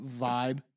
vibe